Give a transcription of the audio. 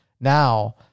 now